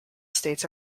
states